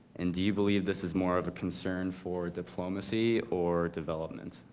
and do you believe this is more of a concern for diplomacy or development?